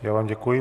Já vám děkuji.